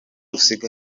usiga